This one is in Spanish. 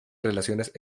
relaciones